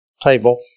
table